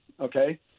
okay